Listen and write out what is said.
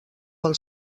pel